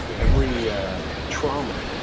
every trauma,